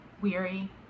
weary